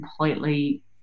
completely